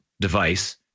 device